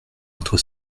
entre